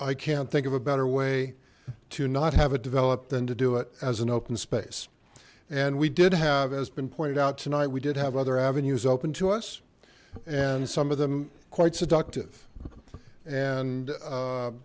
i can't think of a better way to not have it developed than to do it as an open space and we did have has been pointed out tonight we did have other avenues open to us and some of them quite seductive and